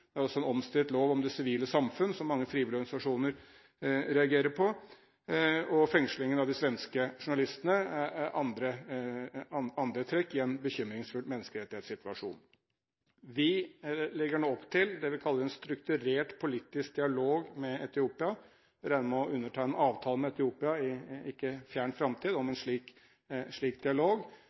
Det er også en omstridt lov om det sivile samfunn som mange frivillige organisasjoner reagerer på, og også fengslingen av de svenske journalistene og andre trekk gir en bekymringsfull menneskerettighetssituasjon. Vi legger nå opp til det vi kaller en strukturert politisk dialog med Etiopia og regner med å undertegne en avtale med Etiopia i ikke fjern framtid om en slik dialog.